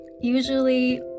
usually